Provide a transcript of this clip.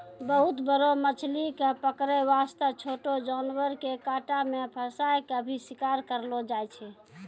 बहुत बड़ो मछली कॅ पकड़ै वास्तॅ छोटो जानवर के कांटा मॅ फंसाय क भी शिकार करलो जाय छै